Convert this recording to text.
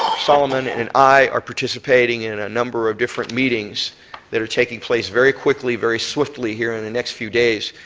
solomon and i are participating in a number of different meetings that are taking place very quickly very so quickly in the next few days,